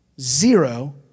zero